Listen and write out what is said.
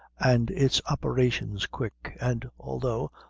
and its operations quick, and although,